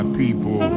people